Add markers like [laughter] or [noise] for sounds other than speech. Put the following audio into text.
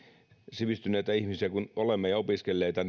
sivistyneitä ihmisiä kun olemme ja opiskelleita [unintelligible]